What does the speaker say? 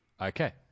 Okay